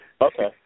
Okay